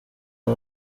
ngo